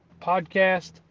podcast